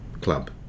club